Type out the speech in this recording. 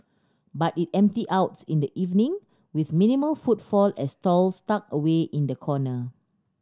but it empties out in the evening with minimal footfall at stalls tucked away in the corner